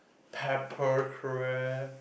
pepper crab